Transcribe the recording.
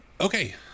Okay